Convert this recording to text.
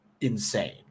insane